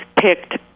picked